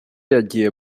yagiye